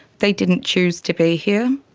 they didn't choose to be here